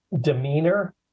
demeanor